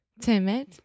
Timid